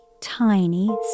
tiny